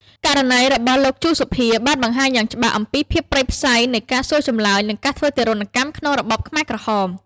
ករណីរបស់លោក ជូ សូភា បានបង្ហាញយ៉ាងច្បាស់អំពីភាពព្រៃផ្សៃនៃការសួរចម្លើយ និងការធ្វើទារុណកម្មក្នុងរបបខ្មែរក្រហម។